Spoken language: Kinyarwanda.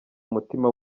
umutima